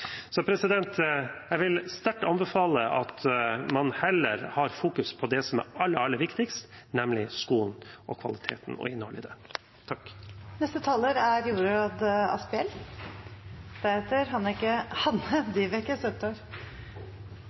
Så jeg vil sterkt anbefale at man heller fokuserer på det som er aller, aller viktigst, nemlig skolen, kvaliteten og innholdet i den. Det